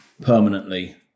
permanently